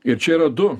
ir čia yra du